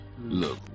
look